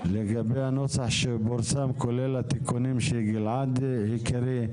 לגבי הנוסח שפורסם כולל התיקונים שגלעד הקריא.